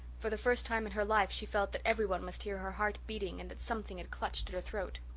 for the first time in her life she felt that every one must hear her heart beating and that something had clutched her throat.